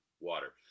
water